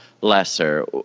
lesser